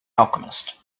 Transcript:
alchemist